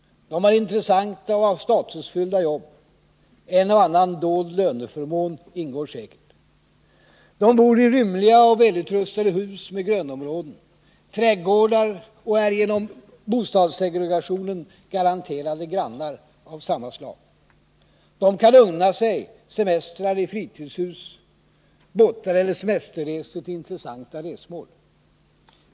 De har intressanta och statusfyllda jobb, en och annan dold löneförmån ingår säkert. De bor i rymliga och välutrustade hus med grönområden och trädgårdar och är genom bostadssegregationen garanterade grannar av samma slag. De kan unna sig semestrar i fritidshus och båtar eller semesterresor till intressanta resmål.